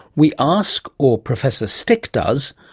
we ask, or professor stick does,